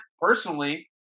personally